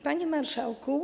Panie Marszałku!